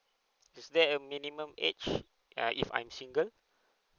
is there a minimum age uh if I'm single